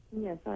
Yes